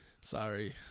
Sorry